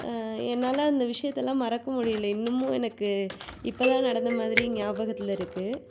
என்னால் அந்த விஷயத்தலாம் மறக்க முடியல இன்னுமும் எனக்கு இப்போ தான் நடந்த மாதிரி ஞாபகத்தில் இருக்கு